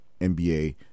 NBA